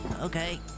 Okay